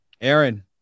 Aaron